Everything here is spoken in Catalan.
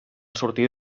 sortir